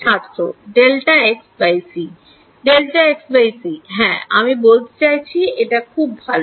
ছাত্র Δxc Δxc হ্যাঁ আমি বলতে চাইছি এটা খুব ভালো